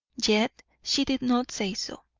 yet she did not say so,